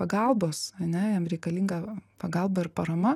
pagalbos a ne jam reikalinga pagalba ir parama